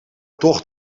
tocht